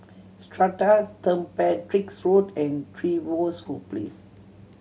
Strata Saint Patrick's Road and Trevose Place